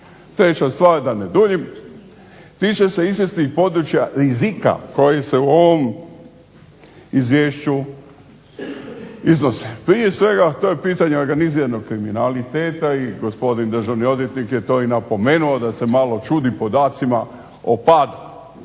Treća stvar, da ne duljim, tiče se izvjesnih područja rizika koji se u ovom izvješću iznose. Prije svega to je pitanje organiziranog kriminaliteta i gospodin državni odvjetnik je to i napomenuo da se malo čudi podacima o padu.